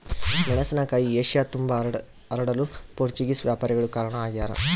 ಮೆಣಸಿನಕಾಯಿ ಏಷ್ಯತುಂಬಾ ಹರಡಲು ಪೋರ್ಚುಗೀಸ್ ವ್ಯಾಪಾರಿಗಳು ಕಾರಣ ಆಗ್ಯಾರ